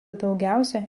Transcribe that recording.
daugiausia